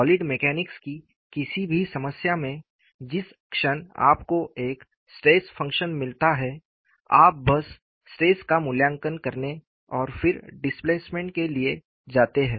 solid mechanics की किसी भी समस्या में जिस क्षण आपको एक स्ट्रेस फंक्शन मिलता है आप बस स्ट्रेस का मूल्यांकन करने और फिर डिस्प्लेसमेंट के लिए जाते हैं